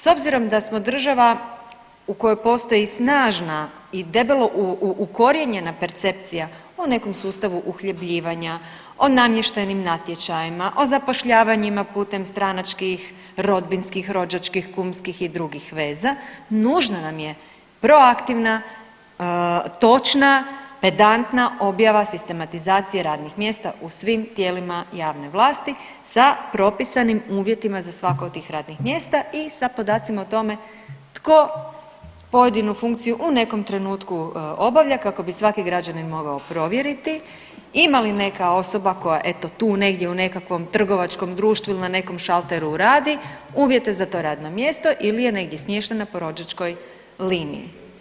S obzirom da smo država u kojoj postoji snažna i debelo ukorijenjena percepcija o nekom sustavu uhljebljivanja, o namještenim natječajima, o zapošljavanjima putem stranačkih, rodbinskih, rođačkih, kumskih i drugih veza, nužna nam je proaktivna, točna, pedantna objava sistematizacije radnih mjesta u svim tijelima javne vlasti sa propisanim uvjetima za svako od tih radnih mjesta i sa podacima o tome tko pojedinu funkciju u nekom trenutku obavlja kako bi svaki građanin mogao provjeriti ima li neka osoba koja eto tu negdje u nekakvom trgovačkom društvu ili na nekom šalteru radi uvjet je za to radno mjesto ili je negdje smještena po rođačkoj liniji.